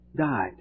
died